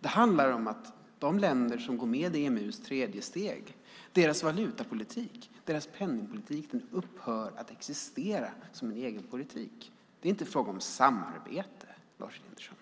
Det handlar för de länder som går med i EMU:s tredje steg om att deras valutapolitik och deras penningpolitik upphör att existera som egen politik. Det är inte fråga om samarbete, Lars Elinderson.